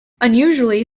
unusually